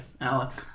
Alex